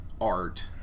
Art